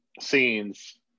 scenes